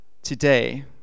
Today